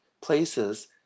places